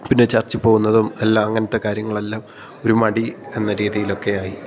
പിന്നെ ചർച്ചിൽ പോവുന്നതും എല്ലാം അങ്ങനത്തെ കാര്യങ്ങളെല്ലാം ഒരു മടി എന്ന രീതിയിലൊക്കെ ആയി